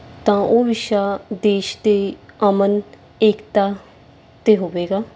ਤਾਂ ਉਹ ਵਿਸ਼ਾ ਦੇਸ਼ ਅਤੇ ਅਮਨ ਏਕਤਾ 'ਤੇ ਹੋਵੇਗਾ